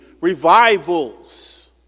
revivals